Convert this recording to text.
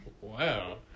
wow